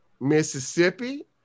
Mississippi